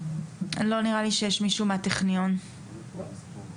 לא נראה לי שיש מישהו מהטכניון, לא.